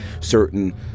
certain